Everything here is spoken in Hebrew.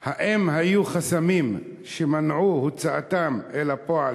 4. האם היו חסמים שמנעו הוצאתם אל הפועל